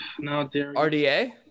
RDA